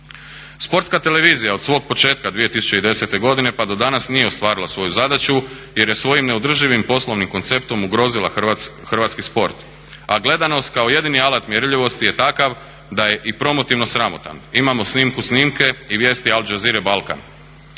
Sportska televizija od svog početka 2010. godine pa do danas nije ostvarila svoju zadaću jer je svojim neodrživim poslovnim konceptom ugrozila hrvatski sport, a gledanost kao jedini alat mjerljivosti je takav da je i promotivno sramotan. Imamo snimku snimke i vijesti Al Jazeere Balkan.